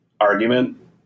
argument